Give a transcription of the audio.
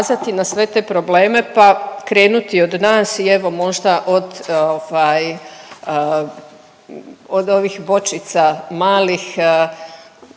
na sve te probleme pa krenuti od nas i evo, možda od ovaj, od ovih bočica malih,